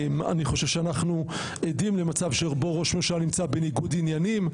אני חושב שאנחנו עדים למצב שבו ראש ממשלה נמצא בניגוד עניינים,